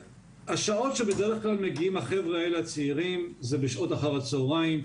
השעות שבדרך כלל מגיעים החבר'ה האלה הצעירים זה בשעות אחר הצוהריים.